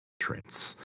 entrance